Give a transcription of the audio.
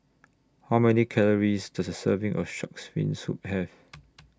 How Many Calories Does A Serving of Shark's Fin Soup Have